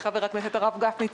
חבר הכנסת הרב גפני,